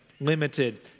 limited